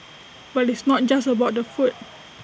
but it's not just about the food